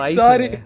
sorry